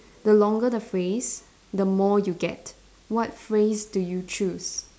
the longer the phrase the more you get what phrase do you choose